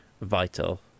vital